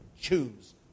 Choose